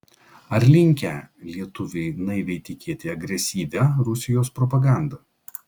ar linkę lietuviai naiviai tikėti agresyvia rusijos propaganda